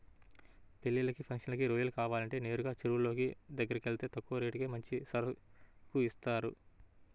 పెళ్ళిళ్ళకి, ఫంక్షన్లకి రొయ్యలు కావాలంటే నేరుగా చెరువులోళ్ళ దగ్గరకెళ్తే తక్కువ రేటుకి మంచి సరుకు ఇత్తారు